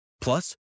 Plus